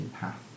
path